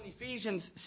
Ephesians